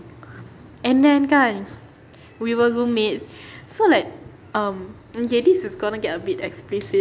and then kan we were roommates so like um okay this is going to get a bit explicit